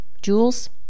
Jules